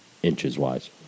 Inches-wise